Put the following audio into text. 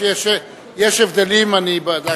יש הבדלים, אני בדקתי.